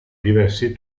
diversi